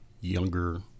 younger